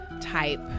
type